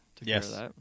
Yes